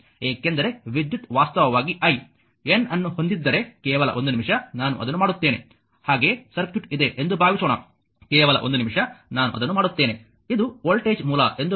ಏಕೆಂದರೆ ವಿದ್ಯುತ್ ವಾಸ್ತವವಾಗಿ i n ಅನ್ನು ಹೊಂದಿದ್ದರೆ ಕೇವಲ ಒಂದು ನಿಮಿಷ ನಾನು ಅದನ್ನು ಮಾಡುತ್ತೇನೆ ಹಾಗೆ ಸರ್ಕ್ಯೂಟ್ ಇದೆ ಎಂದು ಭಾವಿಸೋಣ ಕೇವಲ ಒಂದು ನಿಮಿಷ ನಾನು ಅದನ್ನು ಮಾಡುತ್ತೇನೆ ಇದು ವೋಲ್ಟೇಜ್ ಮೂಲ ಎಂದು ಭಾವಿಸೋಣ